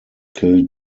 killed